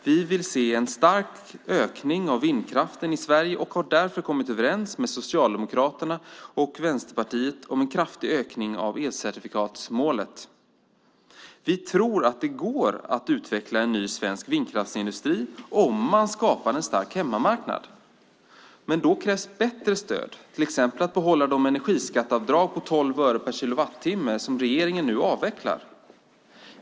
Vi vill se en stark ökning av vindkraften i Sverige och har därför kommit överens med Socialdemokraterna och Vänsterpartiet om en kraftig ökning av elcertifikatsmålet. Vi tror att det går att utveckla en ny svensk vindkraftsindustri om man skapar en stark hemmamarknad. Men då krävs bättre stöd, till exempel att behålla de energiskatteavdrag på 12 öre per kilowattimme som regeringen nu avvecklar.